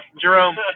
Jerome